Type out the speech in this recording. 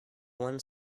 one